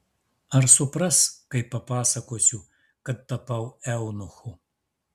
ar supras kai papasakosiu kad tapau eunuchu